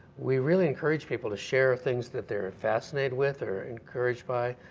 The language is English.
we really encourage people to share things that they're fascinated with or encouraged by.